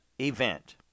event